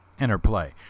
interplay